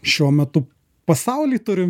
šiuo metu pasauly turim